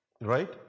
Right